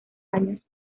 años